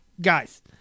guys